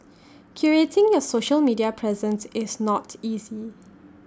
curating your social media presence is not easy